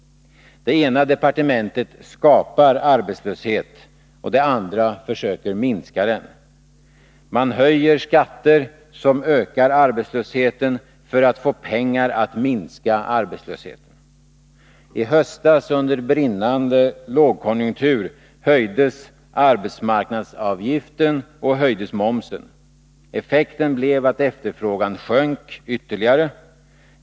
Det ena departementet skapar arbetslöshet, och det andra försöker minska den. Man höjer skatter som ökar arbetslösheten för att få pengar att minska arbetslösheten. I höstas, under brinnande lågkonjunktur, höjdes arbetsgivaravgiften och momsen. Effekten blev att efterfrågan sjönk ytterligare.